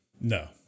No